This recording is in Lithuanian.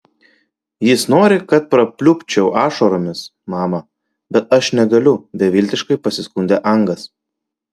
jis nori kad prapliupčiau ašaromis mama bet aš negaliu beviltiškai pasiskundė angas